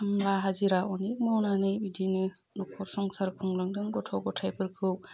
खामला हाजिरा अनेक मावनानै बिदिनो नखर संसार खुंलांदों गथ' गथाइफोरखौ